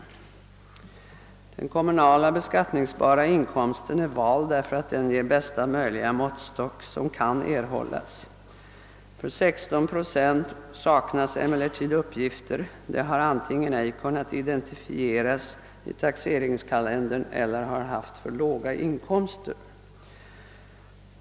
— Den kommunala beskattningsbara inkomsten är vald, därför att den ger den bästa möjliga måttstock som kan erhållas. För 16 procent saknas uppgifter; de har antingen ej kunnat identifieras i taxeringskalendern eller haft för låga inkoinster.